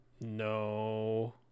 No